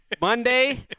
Monday